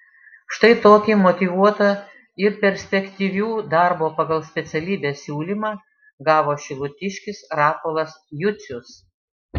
štai tokį motyvuotą ir perspektyvių darbo pagal specialybę siūlymą gavo šilutiškis rapolas jucius